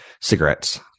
cigarettes